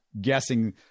guessing